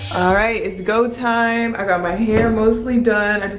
alright, it's go time. i got my hair mostly done.